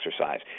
exercise